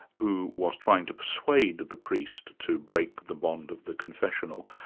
who was trying to persuade the priest to break the bond of the confessional,